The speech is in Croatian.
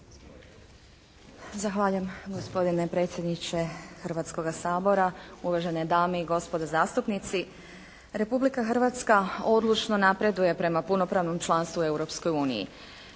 Zahvaljujem gospodine predsjedniče Hrvatskoga sabora. Uvažene dame i gospodo zastupnici. Republika Hrvatska odlično napreduje prema punopravnom članstvu